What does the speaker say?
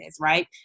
right